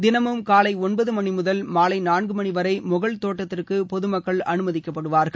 தினமும் காலை ஒன்பது மணி முதல் மாலை நான்கு மணி வரை மொகல் தோட்டத்திற்கு பொது மக்கள் அமுமதிக்கப்படுவார்கள்